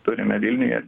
turime vilniuje